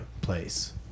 place